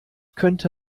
könnte